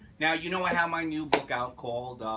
now you know i have my new book out called